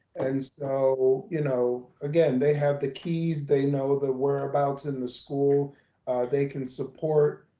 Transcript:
and so you know again, they have the keys, they know the whereabouts in the school they can support,